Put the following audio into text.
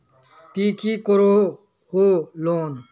ती की करोहो लोन?